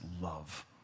love